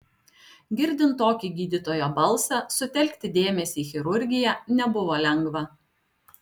girdint tokį gydytojo balsą sutelkti dėmesį į chirurgiją nebuvo lengva